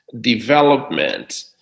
development